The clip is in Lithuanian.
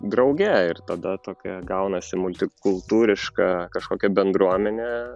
drauge ir tada tokia gaunasi multikultūriška kažkokia bendruomenė